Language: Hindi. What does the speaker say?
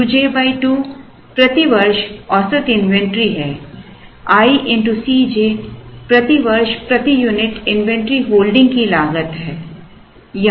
अब Q j 2 प्रति वर्ष औसत इन्वेंट्री है i x C j प्रति वर्ष प्रति यूनिट इन्वेंटरी होल्डिंग की लागत है